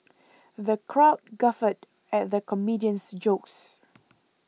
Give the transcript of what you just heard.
the crowd guffawed at the comedian's jokes